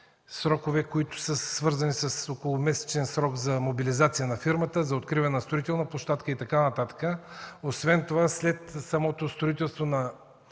срокове, които са свързани – около месечен срок за мобилизация на фирмата, за откриване на строителна площадка и така нататък. Освен това, след самото строителство на